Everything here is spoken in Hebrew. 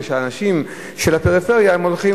מפני שהאנשים שבפריפריה הולכים